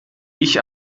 ich